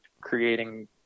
creating